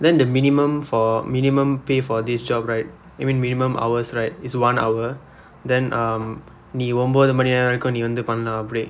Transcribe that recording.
then the minimum for minimum pay for this job right you mean minimum hours right is one hour then um நீ ஒன்பது மணி வரைக்கும் நீ வந்து பன்னலாம் அப்படியே:nii onbathu mani varaikkum nii vandthu pannalaam appadiyee